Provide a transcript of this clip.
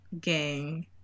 gang